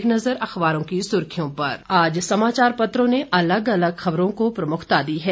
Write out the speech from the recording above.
एक नज़र अखबारों की सुर्खियों पर आज समाचार पत्रों ने अलग अलग खबरों को प्रमुखता दी है